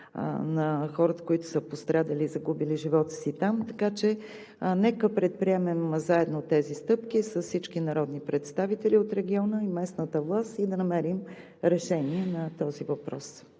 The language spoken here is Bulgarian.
на хората, които са пострадали и загубили живота си там. Така че нека предприемем заедно тези стъпки с всички народни представители от региона и местната власт и да намерим решение на този въпрос.